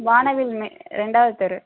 வானவில் மே ரெண்டாவது தெரு